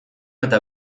eta